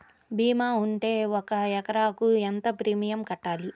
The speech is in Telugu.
భీమా ఉంటే ఒక ఎకరాకు ఎంత ప్రీమియం కట్టాలి?